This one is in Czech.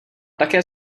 také